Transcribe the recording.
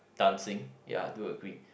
dancing ya I do agree